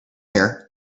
here